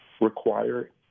require